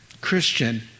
Christian